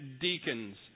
deacons